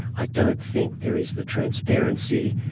i don't think there is the transparency,